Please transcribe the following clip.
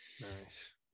Nice